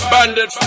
Bandit